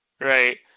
right